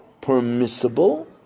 permissible